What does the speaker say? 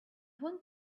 want